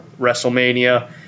wrestlemania